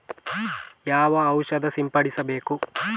ಯಾವ ಔಷಧ ಸಿಂಪಡಿಸಬೇಕು?